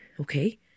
okay